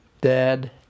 dad